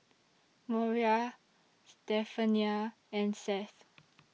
Moriah Stephania and Seth